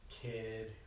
kid